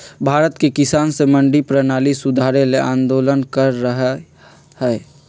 भारत के किसान स मंडी परणाली सुधारे ल आंदोलन कर रहल हए